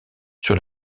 sur